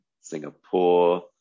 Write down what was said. Singapore